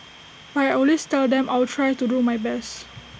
but I always tell them I will try to do my best